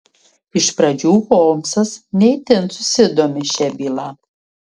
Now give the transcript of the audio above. iš pradžių holmsas ne itin susidomi šia byla